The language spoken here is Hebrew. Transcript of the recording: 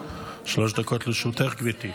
דקות לרשותך, גברתי.